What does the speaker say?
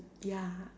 ya